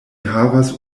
havas